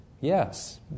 Yes